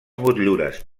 motllures